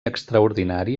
extraordinari